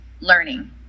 learning